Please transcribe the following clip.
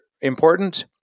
important